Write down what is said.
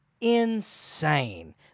insane